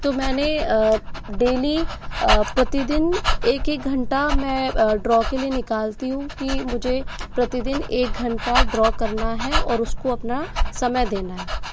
तो मैंने डेली प्रतिदिन एक एक घंटा मैं ड्रॉ के लिए निकालती हूँ की मुझे प्रतिदिन एक घंटा ड्रॉ करना है और उसको अपना समय देना है